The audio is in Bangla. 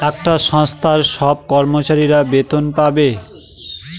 একটা সংস্থার সব কর্মচারীরা বেতন পাবে